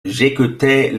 j’écoutais